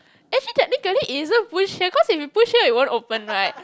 actually that technically isn't push here cause if you push here it won't open right